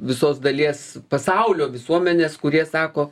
visos dalies pasaulio visuomenės kurie sako